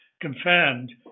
confirmed